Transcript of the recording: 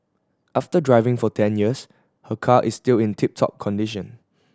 after driving for ten years her car is still in tip top condition